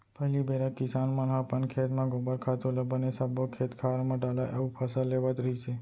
पहिली बेरा के किसान मन ह अपन खेत म गोबर खातू ल बने सब्बो खेत खार म डालय अउ फसल लेवत रिहिस हे